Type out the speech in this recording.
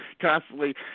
constantly